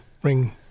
bring